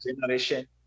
generation